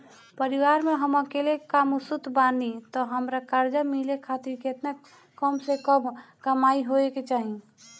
परिवार में हम अकेले कमासुत बानी त हमरा कर्जा मिले खातिर केतना कम से कम कमाई होए के चाही?